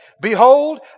Behold